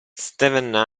steven